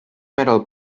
metal